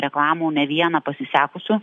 reklamų ne vieną pasisekusių